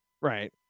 right